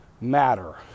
matter